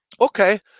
Okay